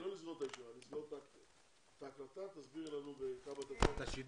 הישיבה ננעלה בשעה 13:35.